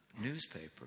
newspaper